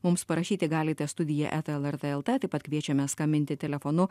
mums parašyti galite studija eta lrt lt taip pat kviečiame skambinti telefonu